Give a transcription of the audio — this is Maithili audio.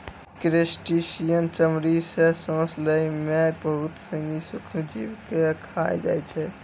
क्रेस्टिसियन चमड़ी सें सांस लै में बहुत सिनी सूक्ष्म जीव के खाय जाय छै